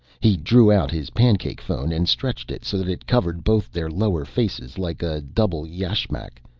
he drew out his pancake phone and stretched it so that it covered both their lower faces, like a double yashmak.